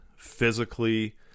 physically